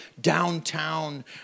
downtown